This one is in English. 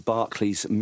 Barclays